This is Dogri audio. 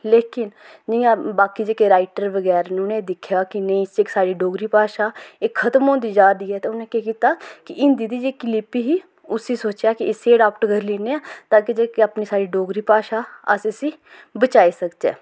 लेकिन बाकी जियां बाकी जेह्के राइटर बगैरा न उ'नें दिक्खेआ कि नेईं इक साढ़ी डोगरी भाशा एह् खतम होंदी जा दी ऐ ते उ'नें केह् कीता कि हिंदी दी जेह्की लिपि ही उसी सोचेआ कि इसी आडाप्ट करी लैन्ने आं ताकि जेह्की अपनी साढ़ी डोगरी भाशा अस इसी बचाई सकचै